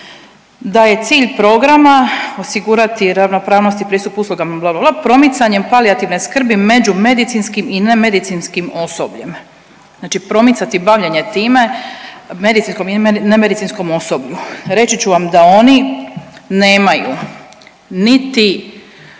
da je cilj programa osigurati ravnopravnost i pristup uslugama bla, bla, bla, promicanjem palijativne skrbi među medicinskim i ne medicinskim osobljem. Znači promicati bavljenje time medicinskom i ne medicinskom osoblju. Reći ću vam da oni nemaju niti